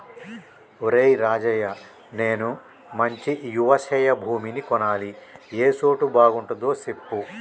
ఒరేయ్ రాజయ్య నేను మంచి యవశయ భూమిని కొనాలి ఏ సోటు బాగుంటదో సెప్పు